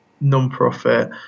non-profit